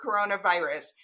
coronavirus